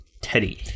Teddy